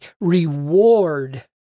reward